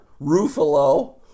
Ruffalo